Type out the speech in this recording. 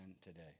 today